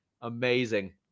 amazing